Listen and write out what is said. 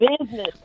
business